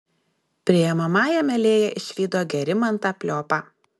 priimamajame lėja išvydo gerimantą pliopą